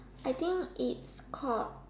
I think it's called